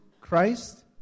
Christ